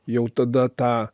jau tada tą